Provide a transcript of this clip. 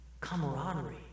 camaraderie